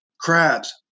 crabs